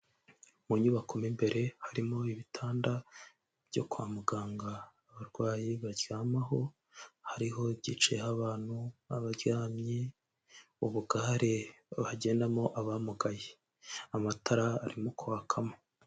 Mu nyubako mo imbere harimo ibitanda byo kwa muganga abarwayi baryamaho, hariho ikicayeho abantu, abaryamye, ubugare hagendamo abamugaye, amatara arimo kwakamo.